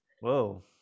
Whoa